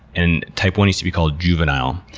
and type one used to be called juvenile.